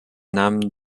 namen